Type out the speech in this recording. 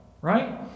right